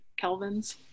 kelvins